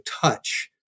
touch